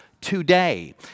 today